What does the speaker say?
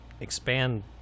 expand